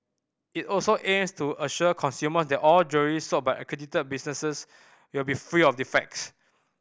it also aims to assure consumers that all jewellery sold by accredited businesses will be free of defects